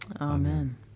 amen